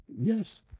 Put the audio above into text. Yes